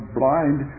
blind